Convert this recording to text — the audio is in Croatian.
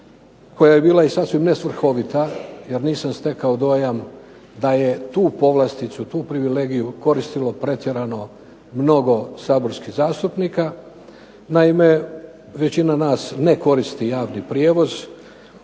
koja je bila sasvim ne svrhovita jer nisam stekao dojam da je tu povlasticu tu privilegiju koristilo pretjerano mnogo saborskih zastupnika. Jer većina nas ne koristi javni prijevoz,